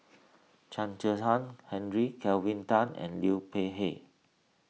Chen Kezhan Henri Kelvin Tan and Liu Peihe